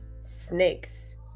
Snakes